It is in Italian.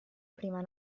prima